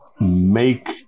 make